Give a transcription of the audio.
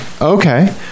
Okay